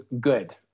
good